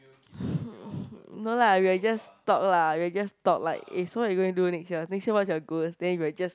no lah we will just talk lah we will just talk like eh so what you're going to do next year next year what's your goals then we'll just